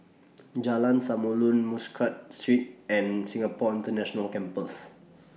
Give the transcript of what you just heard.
Jalan Samulun Muscat Street and Singapore International Campus